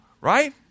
Right